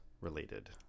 related